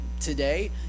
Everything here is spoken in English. today